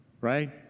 right